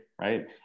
right